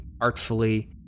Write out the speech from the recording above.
artfully